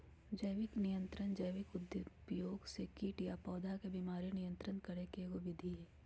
जैविक नियंत्रण जैविक उपयोग से कीट आ पौधा के बीमारी नियंत्रित करे के एगो विधि हई